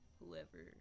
whoever